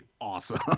awesome